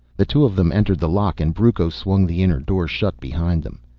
the two of them entered the lock and brucco swung the inner door shut behind them.